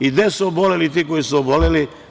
I gde su oboleli ti koji su oboleli?